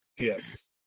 Yes